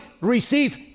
receive